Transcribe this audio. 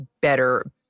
better